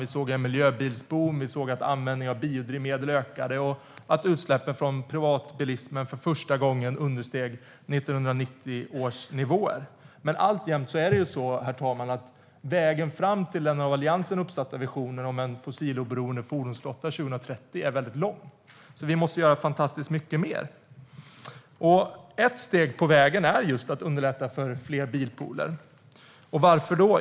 Vi såg en miljöbilsboom, att användningen av biodrivmedel ökade och att utsläppen från privatbilismen för första gången understeg 1990 års nivåer. Herr talman! Det är alltjämt så att vägen fram till den av Alliansen uppsatta visionen om en fossiloberoende fordonsflotta 2030 är väldigt lång. Vi måste göra fantastiskt mycket mer. Ett steg på vägen är att underlätta för fler bilpooler. Varför då?